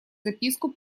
записку